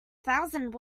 thousand